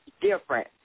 different